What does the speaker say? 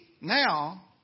now